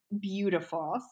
beautiful